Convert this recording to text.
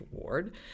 Award